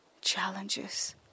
challenges